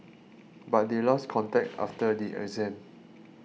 but they lost contact after the exam